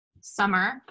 summer